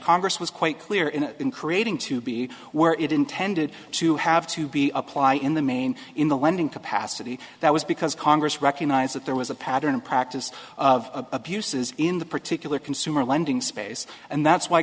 congress was quite clear in creating to be where it intended to have to be apply in the main in the lending capacity that was because congress recognized that there was a pattern and practice of abuses in the particular consumer lending space and that's why